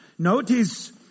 Notice